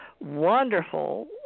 wonderful